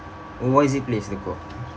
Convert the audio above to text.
oh what's the place the called